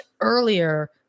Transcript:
earlier